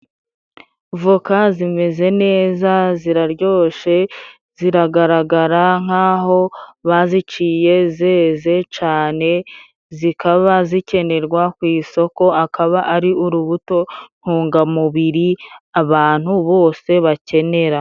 Voka zimeze neza ziraryoshe, ziragaragara nk'aho baziciye zeze cane, zikaba zikenerwa ku isoko, akaba ari urubuto ntungamubiri abantu bose bakenera.